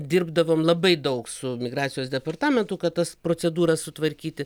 dirbdavom labai daug su migracijos departamentu kad tas procedūras sutvarkyti